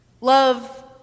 Love